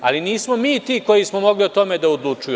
Ali, nismo mi ti koji smo mogli o tome da odlučujemo.